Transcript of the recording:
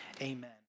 Amen